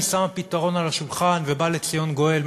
אני שמה פתרון על השולחן ובא לציון גואל,